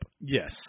Yes